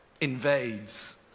invades